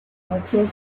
archers